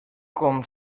com